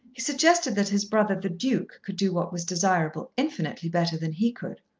he suggested that his brother, the duke, could do what was desirable infinitely better than he could.